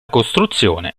costruzione